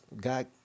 God